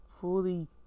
Fully